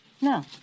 no